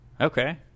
Okay